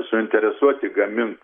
suinteresuoti gamint